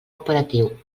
operatiu